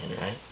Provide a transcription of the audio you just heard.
right